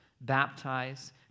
baptize